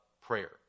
prayer